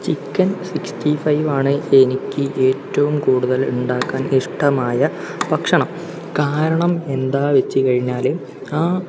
chicken sixty five ആണ് എനിക്ക് ഏറ്റവും കൂടുതൽ ഉണ്ടാക്കാൻ ഇഷ്ടമായ ഭക്ഷണം കാരണം എന്താണെന്ന് വെച്ച് കഴിഞ്ഞാല് ആ